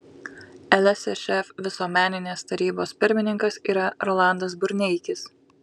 lsšf visuomeninės tarybos pirmininkas yra rolandas burneikis